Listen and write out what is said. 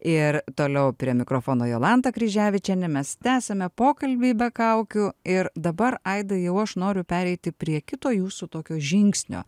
ir toliau prie mikrofono jolanta kryževičienė mes tęsiame pokalbį be kaukių ir dabar aidai jau aš noriu pereiti prie kito jūsų tokio žingsnio